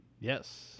Yes